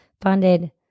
funded